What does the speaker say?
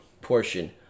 portion